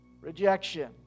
Rejection